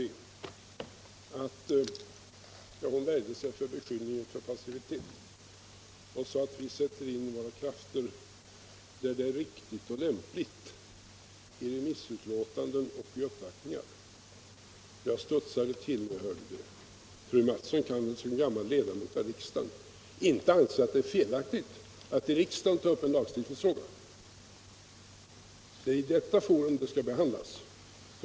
Herr talman! Fröken Mattson värjde sig mot beskyllningen för passivitet och sade: Vi sätter in vår kratt där det är riktigt och lämpligt, nämligen i remissutlåtanden och vid uppvaktningar. Jag studsade till när jag hörde detta. Fröken Mattson kan väl som ledamot av riksdagen inte anse att det är felaktigt att i riksdagen ta upp en lagstiftningsfråga. Det är framför allt i detta forum en sådan skall behandlas.